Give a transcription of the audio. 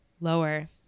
Lower